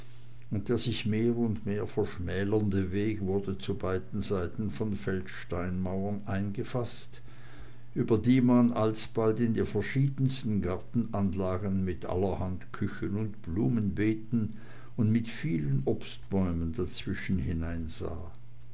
der sich mehr und mehr verschmälernde weg wurde zu beiden seiten von feldsteinmauern eingefaßt über die man alsbald in die verschiedensten gartenanlagen mit allerhand küchen und blumenbeeten und mit vielen obstbäumen dazwischen hineinsah